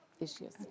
issues